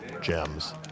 gems